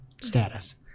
status